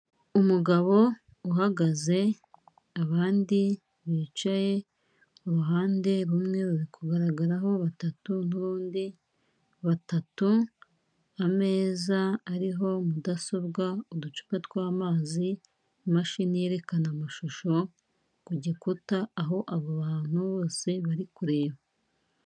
Umugabo uhagaze abandi bicaye, uruhande rumwe ruri kugaragaraho batatu n'urundi batatu, ameza ariho mudasobwa, uducupa tw'amazi, imashini yerekana amashusho ku gikuta, aho abo bantu bose bari kureba.